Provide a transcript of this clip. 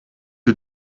you